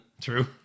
True